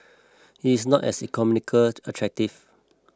it's not as economical attractive